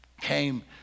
came